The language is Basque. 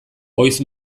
oiz